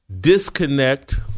disconnect